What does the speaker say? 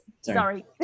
sorry